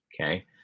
okay